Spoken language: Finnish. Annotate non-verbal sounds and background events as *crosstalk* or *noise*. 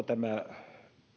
*unintelligible* tämä